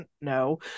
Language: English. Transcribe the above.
no